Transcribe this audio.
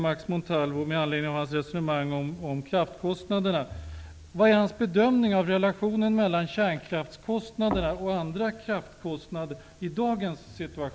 Max Montalvos bedömning av relationen mellan kärnkraftskostnaderna och andra kraftkostnader i dagens läge?